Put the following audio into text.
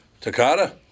Takata